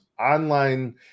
online